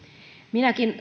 minäkin